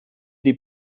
die